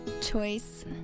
choice